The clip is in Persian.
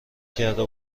کرده